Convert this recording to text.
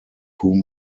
whom